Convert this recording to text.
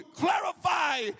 clarify